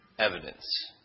Evidence